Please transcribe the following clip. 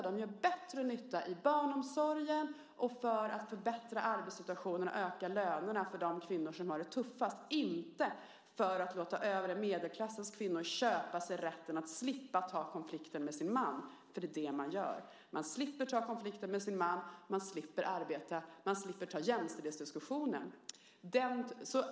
De gör bättre nytta i barnomsorgen, för att förbättra arbetssituationen och för att höja lönerna för de kvinnor som har det tuffast, inte låta övre medelklassens kvinnor köpa sig rätten att slippa ta konflikten med sin man. Det är det man gör. Man slipper ta konflikten med sin man. Man slipper arbeta. Man slipper ta jämställdhetsdiskussionen.